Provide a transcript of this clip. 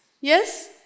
Yes